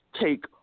take